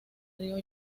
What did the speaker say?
río